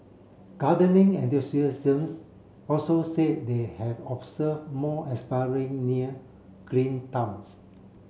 gardening also say they have observe more aspiring near green thumbs